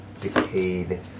decayed